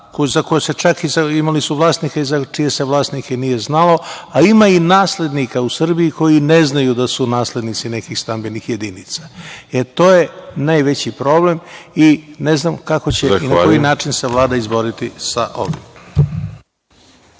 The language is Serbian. imale vlasnike, imali su vlasnike za čije se vlasnike nije znali, a ima i naslednika u Srbiji koji ne znaju da su naslednici nekih stambenih jedinica.E, to je najveći problem i ne znam kako će i na koji način će se Vlada izboriti sa ovim.